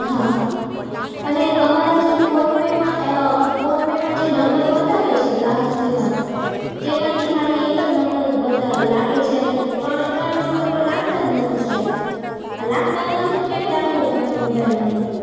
હા અને તમારા જે ફોનપેમાં ફોનપેમાં જે નંબર બતાવે છે ગ્રાહક સેવાના તેમાંથી ખાલી એક જ નંબર લાગે છે અને ત્રણે ત્રણ નંબર તો લાગતા જ નથી સાહેબ આ લાગતા નથી તો કેમ રાખો તમે મોબાઇલમાં નંબર